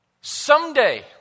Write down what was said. Someday